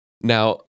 Now